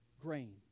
grain